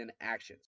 actions